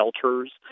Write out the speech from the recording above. shelters